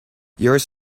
yours